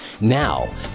Now